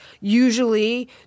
usually